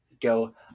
go